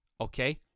Okay